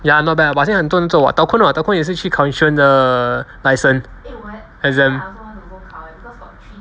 ya not bad lah but 现在很多人做 what dao kun what dao kun 也是去考 insurance 的 license exam